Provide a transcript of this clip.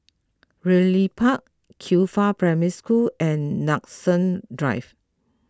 Ridley Park Qifa Primary School and Nanson Drive